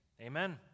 Amen